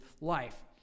life